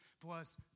plus